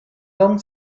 long